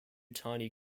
tiny